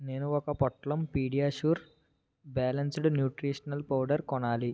నేను ఒక్క పొట్లం పిడియాష్యూర్ బ్యాలన్సడ్ న్యూట్రీషనల్ పౌడర్ కొనాలి